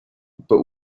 but